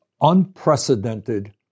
unprecedented